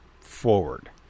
forward